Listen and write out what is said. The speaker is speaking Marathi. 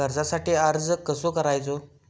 कर्जासाठी अर्ज कसो करायचो?